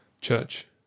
CHURCH